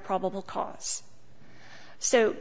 probable cause so